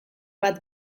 bat